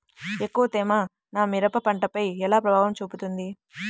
ఎక్కువ తేమ నా మిరప పంటపై ఎలా ప్రభావం చూపుతుంది?